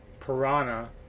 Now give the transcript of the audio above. Piranha